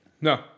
No